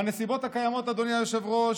בנסיבות הקיימות, אדוני היושב-ראש,